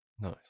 Nice